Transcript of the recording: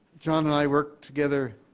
john and i worked together